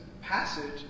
passage